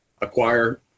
acquire